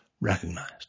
recognized